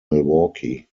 milwaukee